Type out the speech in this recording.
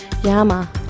Yama